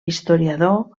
historiador